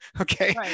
Okay